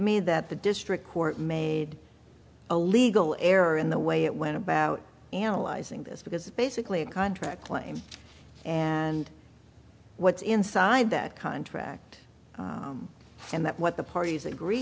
me that the district court made a legal error in the way it went about analyzing this because basically a contract claim and what's inside that contract and that what the parties agree